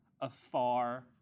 afar